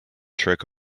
trick